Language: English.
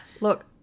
Look